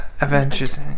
Avengers